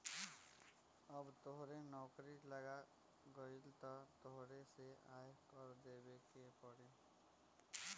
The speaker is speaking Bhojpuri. अब तोहरो नौकरी लाग गइल अब तोहरो के आय कर देबे के पड़ी